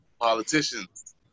politicians